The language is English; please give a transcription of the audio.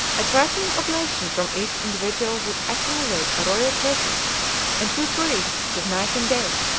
a trifling oblation from each individual would accumulate a royal treasure and two priests stood night and day,